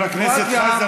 חבר הכנסת חזן,